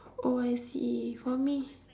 I see for me